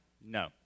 no